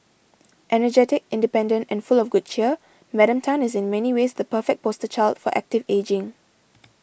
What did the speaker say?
energetic independent and full of good cheer Madam Tan is in many ways the perfect poster child for active ageing